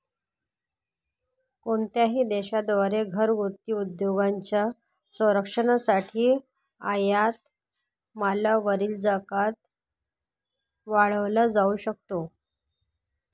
कोणत्याही देशा द्वारे घरगुती उद्योगांच्या संरक्षणासाठी आयात मालावरील जकात वाढवला जाऊ शकतो